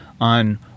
on